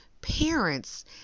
parents